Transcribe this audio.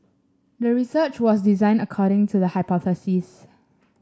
the research was designed according to the hypothesis